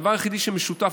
הדבר היחידי שמשותף,